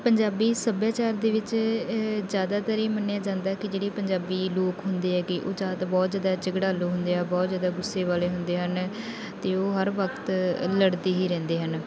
ਪੰਜਾਬੀ ਸੱਭਿਆਚਾਰ ਦੇ ਵਿੱਚ ਜ਼ਿਆਦਾਤਰ ਇਹ ਮੰਨਿਆ ਜਾਂਦਾ ਕਿ ਜਿਹੜੀ ਪੰਜਾਬੀ ਲੋਕ ਹੁੰਦੇ ਹੈਗੇ ਉਹ ਜਾਂ ਤਾਂ ਬਹੁਤ ਜ਼ਿਆਦਾ ਝਗੜਾਲੂ ਹੁੰਦੇ ਆ ਬਹੁਤ ਜ਼ਿਆਦਾ ਗੁੱਸੇ ਵਾਲੇ ਹੁੰਦੇ ਹਨ ਅਤੇ ਉਹ ਹਰ ਵਕਤ ਅ ਲੜਦੇ ਹੀ ਰਹਿੰਦੇ ਹਨ